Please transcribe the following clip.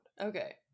Okay